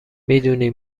میدونی